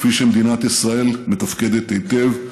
כפי שמדינת ישראל מתפקדת היטב,